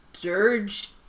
Dirge